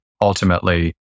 ultimately